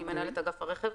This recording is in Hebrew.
אני מנהלת אגף הרכב,